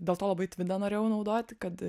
dėl to labai tvidą norėjau naudoti kad